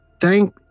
thank